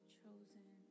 chosen